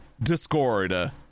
discord